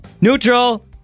Neutral